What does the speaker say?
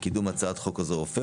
לקידום הצעת חוק עוזר רופא,